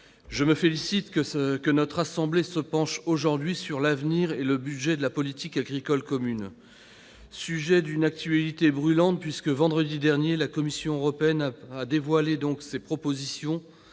je me félicite que notre assemblée se penche cet après-midi sur l'avenir et le budget de la politique agricole commune. Le sujet est d'une actualité brûlante, puisque, vendredi dernier, la Commission européenne a dévoilé ses propositions,